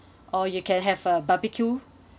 or you can have a barbecue